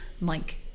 Mike